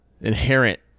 inherent